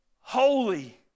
holy